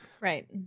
right